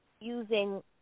using